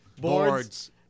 boards